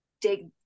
dig